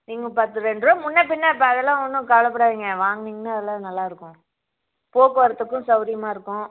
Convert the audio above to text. நீங்கள் பத்து ரெண்டு ரூபா முன்ன பின்ன அதெல்லாம் ஒன்றும் கவலைப்படாதிங்க வாங்குனிங்கன்னா அதெலாம் நல்லா இருக்கும் போக்குவரத்துக்கும் சவுகரியமா இருக்கும்